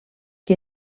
que